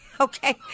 Okay